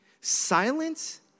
silence